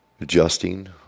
Adjusting